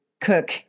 cook